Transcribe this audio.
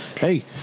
Hey